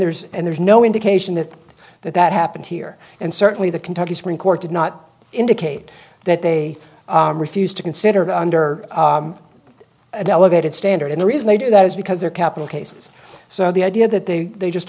there's and there's no indication that that that happened here and certainly the kentucky supreme court did not indicate that they refused to consider the under an elevated standard and the reason they do that is because they're capital cases so the idea that they